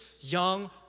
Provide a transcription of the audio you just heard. young